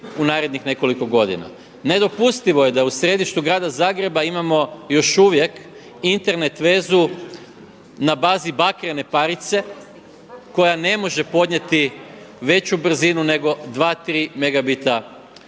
u narednih nekoliko godina. Nedopustivo je da u središtu grada Zagreba imamo još uvijek Internet vezu na bazi bakrene parice koja ne može podnijeti veću brzinu nego 2, 3 megabita